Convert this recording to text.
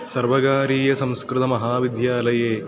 सर्वकारीयसंस्कृतमहाविद्यालये